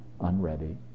unready